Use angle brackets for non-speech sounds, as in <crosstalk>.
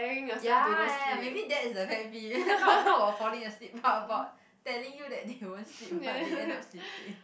ya ya ya maybe that is the pet peeve <laughs> not not about falling asleep but about telling you that they won't but they end up sleeping <laughs>